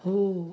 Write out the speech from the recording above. हो